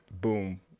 boom